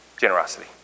generosity